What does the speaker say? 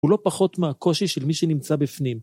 הוא לא פחות מהקושי של מי שנמצא בפנים.